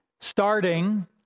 starting